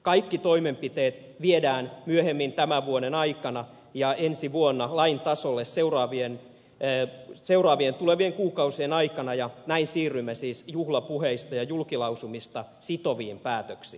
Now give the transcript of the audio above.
kaikki toimenpiteet viedään seuraavien tulevien kuukausien aikana lain tasolle seuraavien läheltä seuraavien tulevien kuukausien aikana ja näin siirrymme siis juhlapuheista ja julkilausumista sitoviin päätöksiin